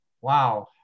wow